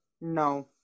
No